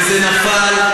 וזה נפל,